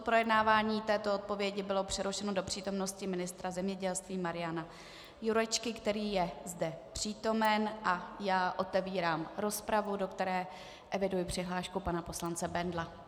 Projednávání této odpovědi bylo přerušeno do přítomnosti ministra zemědělství Mariana Jurečky, který je zde přítomen, a já otevírám rozpravu, do které eviduji přihlášku pana poslance Bendla.